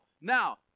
Now